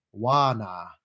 Wana